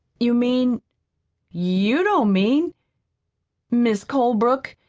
you mean you don't mean mis' colebrook,